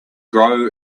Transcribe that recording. grow